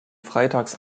freitags